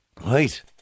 Right